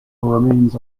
remains